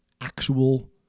actual